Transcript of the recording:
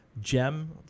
gem